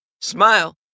Smile